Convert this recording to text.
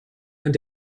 and